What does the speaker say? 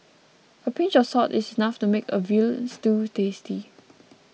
a pinch of salt is enough to make a Veal Stew tasty